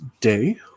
day